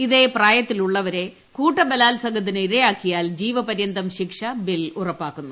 ഇതേ പ്രായത്തിലുള്ളവരെ കൂട്ടബലാൽസംഗത്തിന് ഇരയാക്കിയാൽ ജീവപര്യന്തം ശിക്ഷ ബിൽ ഉറപ്പിക്കുന്നു